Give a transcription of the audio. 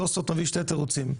תוספות מביא שני תירוצים,